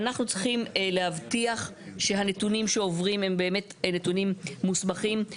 אנחנו צריכים להבטיח שהנתונים שעוברים הם באמת נתונים מוסמכים,